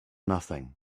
nothing